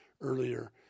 earlier